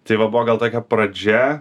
tai va buvo gal tokia pradžia